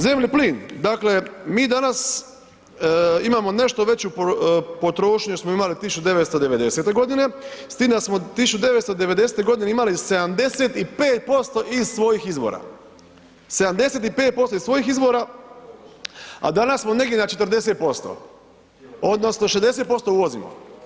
Zemni plin, dakle mi danas imamo nešto veću potrošnju smo imali 1990. godine s tim da smo 1990. godine imali 75% iz svojih izvora, 75% iz svojih izvora, a danas smo negdje na 40% odnosno 60% uvozimo.